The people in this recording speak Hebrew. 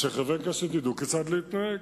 שחברי כנסת ידעו כיצד להתנהג.